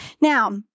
Now